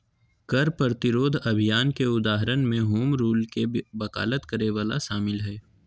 कर प्रतिरोध अभियान के उदाहरण में होम रूल के वकालत करे वला शामिल हइ